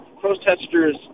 protesters